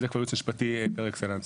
זה כבר ייעוץ משפטי פר אקסלנס.